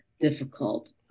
difficult